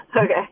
Okay